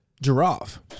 Giraffe